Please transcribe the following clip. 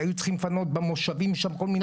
והיו צריכים לפנות במושבים שם כל מיני